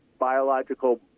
biological